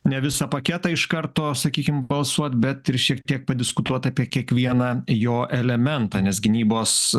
ne visą paketą iš karto sakykim balsuot bet ir šiek tiek padiskutuot apie kiekvieną jo elementą nes gynybos